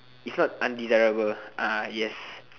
is not undesirable yes